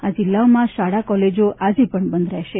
આ જિલ્લાઓમાં શાળા કોલેજો આજે પણ બંધ રહેશે